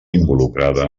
involucrada